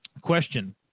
Question